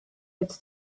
its